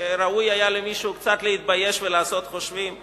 שראוי היה למישהו קצת להתבייש ולעשות חושבים.